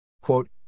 Quote